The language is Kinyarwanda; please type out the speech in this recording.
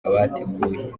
abateguye